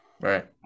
Right